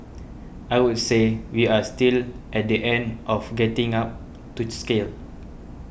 I would say we are still at the end of getting up to scale